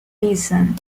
gleeson